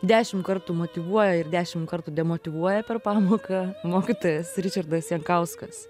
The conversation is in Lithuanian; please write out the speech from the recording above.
dešim kartų motyvuoja ir dešim kartų demotyvuoja per pamoką mokytojas ričardas jankauskas